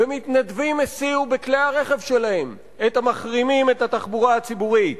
ומתנדבים הסיעו בכלי הרכב שלהם את המחרימים את התחבורה הציבורית.